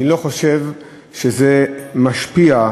אני לא חושב שזה משפיע,